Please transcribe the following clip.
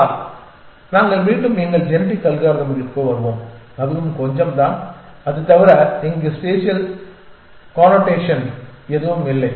ஆனால் நாங்கள் மீண்டும் எங்கள் ஜெனடிக் அல்காரிதம்களுக்கு வருவோம் அதுவும் கொஞ்சம் தான் அது தவிர இங்கு ஸ்பேசியல் கானொடேஷன் எதுவும் இல்லை